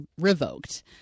revoked